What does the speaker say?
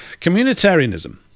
Communitarianism